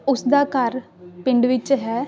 ਉਸ ਦਾ ਘਰ ਪਿੰਡ ਵਿੱਚ ਹੈ